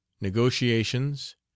negotiations